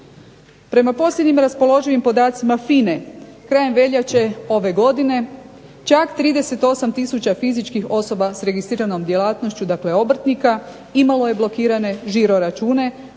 Prema posljednjim raspoloživim podacima FINA-e krajem veljače ove godine čak 38 tisuća fizičkih osoba s registriranom djelatnošću, dakle obrtnika imalo je blokirane žiro-račune,